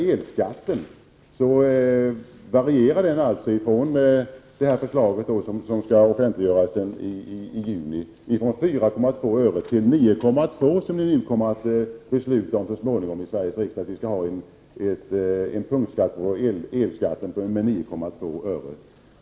Elskatten varierar alltså från vad som står i det förslag som skall offentliggöras i juli, från 4,2 öre, till 9,2 öre som Sveriges riksdag så småningom kommer att besluta om. Avsikten är ju att införa en punktskatt på el på 9,2 öre.